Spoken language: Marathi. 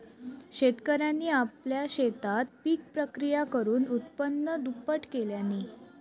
शेतकऱ्यांनी आपल्या शेतात पिक प्रक्रिया करुन उत्पन्न दुप्पट केल्यांनी